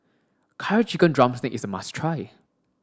curry chicken drumstick is a must try